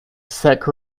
sick